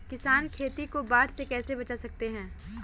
किसान अपनी खेती को बाढ़ से कैसे बचा सकते हैं?